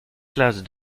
classes